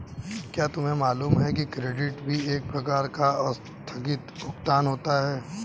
क्या तुम्हें मालूम है कि क्रेडिट भी एक प्रकार का आस्थगित भुगतान होता है?